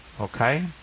okay